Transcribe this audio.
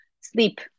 sleep